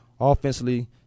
offensively